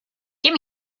get